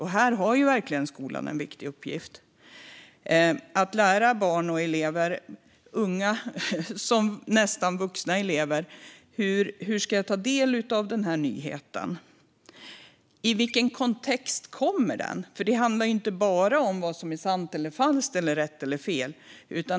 Och här har skolan verkligen en viktig uppgift att lära unga och nästan vuxna elever hur de ska ta del av en nyhet. I vilken kontext kommer den? Det handlar inte bara om vad som är sant eller falskt, rätt eller fel.